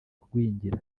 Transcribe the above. kugwingira